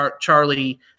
Charlie